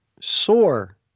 sore